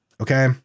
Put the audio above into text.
okay